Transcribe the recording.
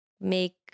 make